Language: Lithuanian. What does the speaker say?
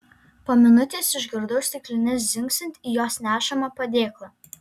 po minutės išgirdau stiklines dzingsint į jos nešamą padėklą